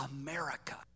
America